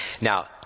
Now